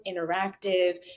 interactive